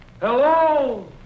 Hello